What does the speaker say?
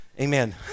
Amen